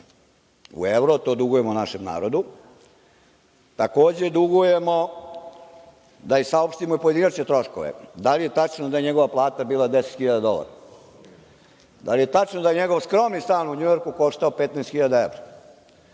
u evro. To dugujemo našem narodu. Takođe, dugujemo da im saopštimo pojedinačne troškove. Da li je tačno da je njegova plata bila 10 hiljada dolara? Da li je tačno da njegov skromni stan u Njujorku koštao 15